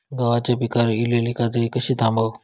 गव्हाच्या पिकार इलीली काजळी कशी थांबव?